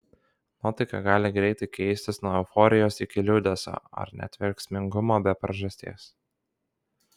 nuotaika gali labai greitai keistis nuo euforijos iki liūdesio ar net verksmingumo be priežasties